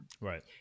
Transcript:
Right